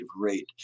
rate